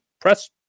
press